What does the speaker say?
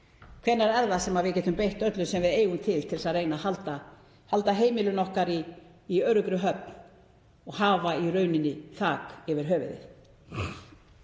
Hvenær er það sem við getum beitt öllu sem við eigum til þess að reyna að halda heimili okkar í öruggri höfn og hafa þak yfir höfuðið?